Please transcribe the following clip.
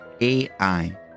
AI